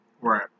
right